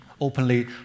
openly